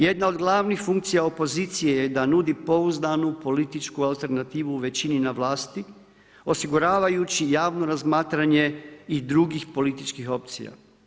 Jedna od glavnih funkcija opozicije je da nudi pouzdanu političku alternativu većini na vlasti osiguravajući javno razmatranje i drugih političkih opcija.